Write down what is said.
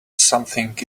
something